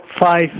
five